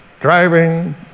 driving